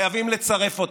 חייבים לצרף אותם,